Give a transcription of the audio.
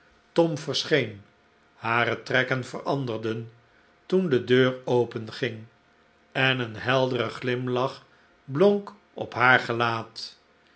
tom verscheen hare trekken veranderden toen de deur openging en een heldere glimlach blonk op haar gelaat